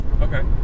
Okay